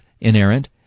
inerrant